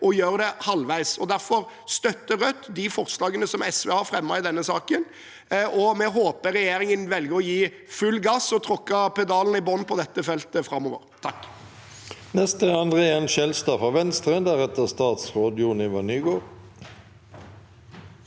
å gjøre det halvveis. Derfor støtter Rødt de forslagene som SV har fremmet i saken, og vi håper regjeringen velger å gi full gass og tråkke pedalen i bånn på dette feltet framover. André